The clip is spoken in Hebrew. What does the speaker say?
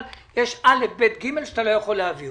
בלי א',ב',ג' שאתה לא יכול להעביר.